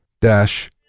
dash